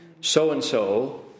so-and-so